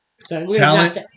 Talent